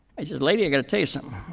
i says, lady, i got to tell you so um